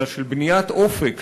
אלא של בניית אופק,